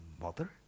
mother